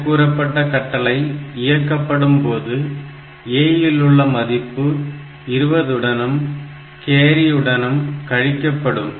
மேற்கூறப்பட்ட கட்டளை இயக்கப்படும்போது A இல் உள்ள மதிப்பு 20 உடனும் கேரி உடனும் கழிக்கப்படும்